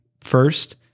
first